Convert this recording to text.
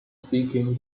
speaking